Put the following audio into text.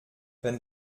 wenn